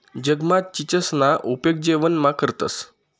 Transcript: जगमा चीचसना उपेग जेवणमा करतंस